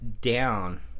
down